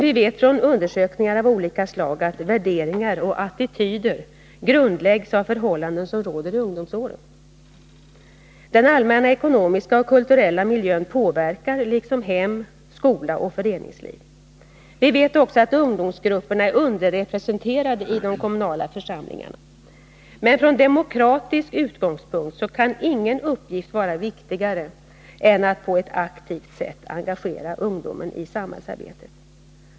Vi vet från undersökningar av olika slag att värderingar och attityder grundläggs av förhållanden som råder i ungdomsåren. Den allmänna ekonomiska och kulturella miljön påverkar, liksom hem, skola och föreningsliv. Vi vet också att ungdomsgrupperna är underrepresenterade i de kommunala församlingarna. Men från demokratisk utgångspunkt kan ingen uppgift vara viktigare än att på ett aktivt sätt engagera ungdomen i samhällsarbetet.